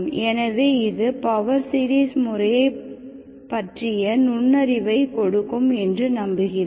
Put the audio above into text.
எனவே இது power series முறையைப் பற்றிய நுண்ணறிவைக் கொடுக்கும் என்று நம்புகிறேன்